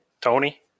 Tony